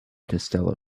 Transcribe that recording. costello